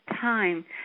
time